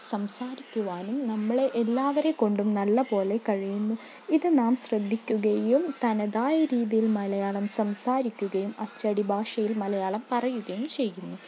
സംസാരിക്കുവാനും നമ്മളെ എല്ലാവരെ കൊണ്ടും നല്ല പോലെ കഴിയുന്നു ഇത് നാം ശ്രദ്ധിക്കുകയും തനതായ രീതിയിൽ മലയാളം സംസാരിക്കുകയും അച്ചടി ഭാഷയിൽ മലയാളം പറയുകയും ചെയ്യുന്നു